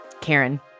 Karen